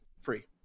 free